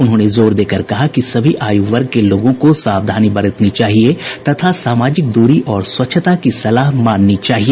उन्होंने जोर देकर कहा कि सभी आयु वर्ग के लोगों को सावधानी बरतनी चाहिए तथा सामाजिक दूरी और स्वच्छता की सलाह माननी चाहिए